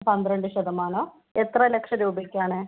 പന്ത്രണ്ട് ശതമാനമോ എത്ര ലക്ഷം രൂപയ്ക്കാണ്